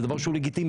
זה דבר שהוא לגיטימי.